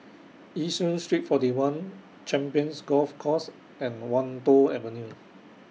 Yishun Street forty one Champions Golf Course and Wan Tho Avenue